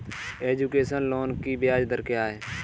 Education loan की ब्याज दर क्या है?